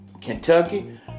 Kentucky